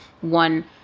one